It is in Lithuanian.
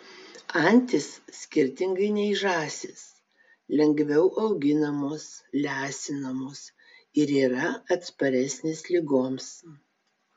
antys skirtingai nei žąsys lengviau auginamos lesinamos ir yra atsparesnės ligoms